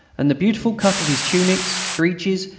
and the beautiful cut of his tunics, breeches,